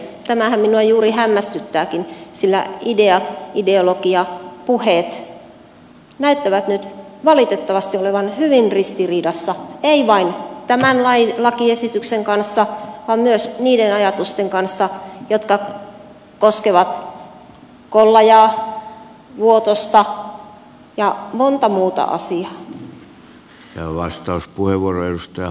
tämähän minua juuri hämmästyttääkin sillä ideat ideologia puheet näyttävät nyt valitettavasti olevan hyvin ristiriidassa ei vain tämän lakiesityksen kanssa vaan myös niiden ajatusten kanssa jotka koskevat kollajaa vuotosta ja monta muuta asiaa